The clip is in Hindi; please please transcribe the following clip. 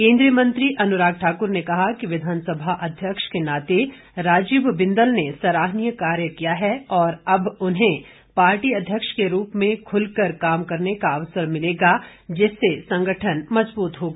केंद्रीय मंत्री अनुराग ठाक्र ने कहा कि विधानसभा अध्यक्ष के नाते राजीव बिंदल ने सराहनीय काम किया है और अब उन्हें पार्टी अध्यक्ष के रूप में खुलकर काम करने का अवसर मिलेगा जिससे संगठन मजबूत होगा